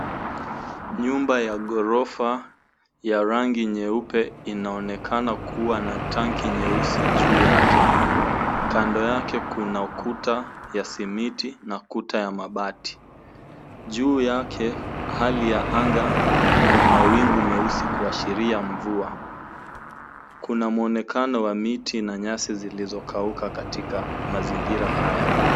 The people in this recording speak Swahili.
Nyumba ya ghorofa ya rangi nyeupe inaonekana kuwa na tanki nyeusi juu yake. Kando yake kuna kuta ya simiti na kuta ya mabati. Juu yake, hali ya anga ni ya mawingu meusi kuashiria mvua. Kuna mwonekano wa miti na nyasi zilizokauka katika mazingira haya.